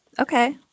Okay